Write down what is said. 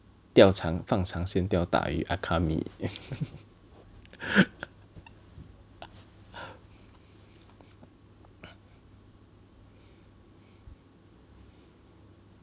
钓长放长线钓大鱼 AKA me